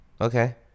Okay